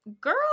Girl